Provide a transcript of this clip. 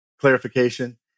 clarification